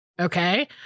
Okay